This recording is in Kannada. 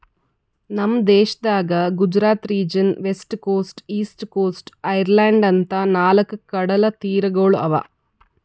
ನಮ್ ದೇಶದಾಗ್ Gujarat region, west coast, east coast, island ಅಂತಾ ನಾಲ್ಕ್ ಕಡಲತೀರಗೊಳ್ ಅವಾ